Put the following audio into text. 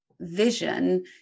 vision